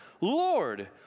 Lord